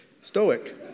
Stoic